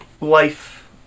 life